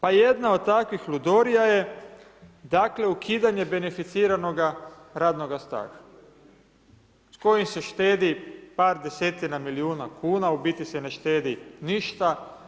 Pa jedna od takvih ludorija je dakle ukidanje beneficiranoga radnoga staža s kojim se štedi par desetina milijuna kuna, u biti se ne štedi ništa.